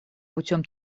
путем